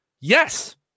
Yes